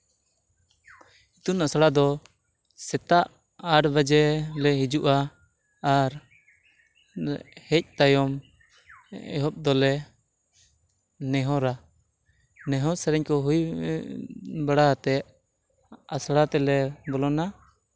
ᱤᱛᱩᱱ ᱟᱥᱲᱟ ᱫᱚ ᱥᱮᱛᱟᱜ ᱟᱴ ᱵᱟᱡᱮ ᱞᱮ ᱦᱤᱡᱩᱜᱼᱟ ᱟᱨ ᱦᱮᱡ ᱛᱟᱭᱚᱢ ᱮᱦᱚᱵ ᱫᱚᱞᱮ ᱱᱮᱦᱚᱨᱟ ᱱᱮᱦᱚᱨ ᱥᱮᱨᱮᱧ ᱠᱚ ᱦᱩᱭ ᱵᱟᱲᱟ ᱠᱟᱛᱮᱫ ᱟᱥᱲᱟ ᱛᱮᱞᱮ ᱵᱚᱞᱚᱱᱟ